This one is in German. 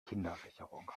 kindersicherung